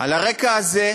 על הרקע הזה,